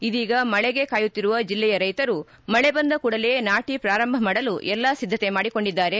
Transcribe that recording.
ಇದೀಗ ಮಳೆಗೆ ಕಾಯುತ್ತಿರುವ ಜಿಲ್ಲೆಯ ರೈತರು ಮಳೆ ಬಂದ ಕೂಡಲೇ ನಾಟಿ ಪ್ರಾರಂಭ ಮಾಡಲು ಎಲ್ಲಾ ಸಿದ್ದತೆ ಮಾಡಿಕೊಂಡಿದ್ದಾರೆ